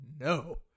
no